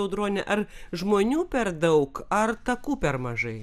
audrone ar žmonių per daug ar takų per mažai